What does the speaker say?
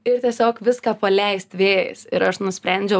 ir tiesiog viską paleist vėjais ir aš nusprendžiau